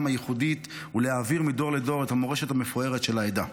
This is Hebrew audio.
הייחודית ולהעביר מדור לדור את המורשת המפוארת של העדה.